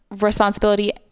responsibility